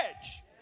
edge